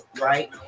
right